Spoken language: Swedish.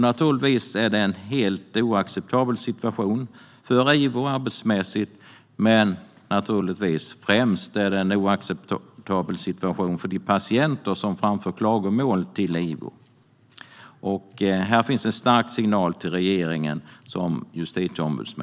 Naturligtvis är det en helt oacceptabel situation för IVO arbetsmässigt, men självklart är det främst en oacceptabel situation för de patienter som framför klagomål till IVO. Här ger justitieombudsmännen en stark signal till regeringen.